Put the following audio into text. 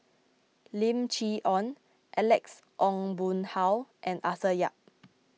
Lim Chee Onn Alex Ong Boon Hau and Arthur Yap